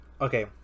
Okay